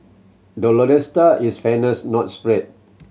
the lodestar is fairness not speed